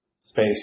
space